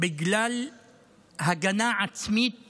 בגלל הגנה עצמית